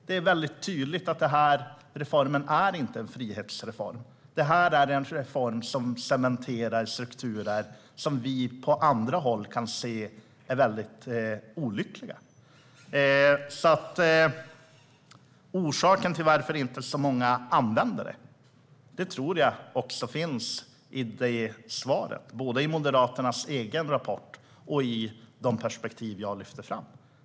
Det är väldigt tydligt att den här reformen inte är någon frihetsreform. Det här är en reform som cementerar strukturer som vi på andra håll kan se är väldigt olyckliga. Orsaken till att inte så många använder vårdnadsbidraget tror jag kan sökas både i Moderaternas egen rapport och i de perspektiv jag lyfte fram.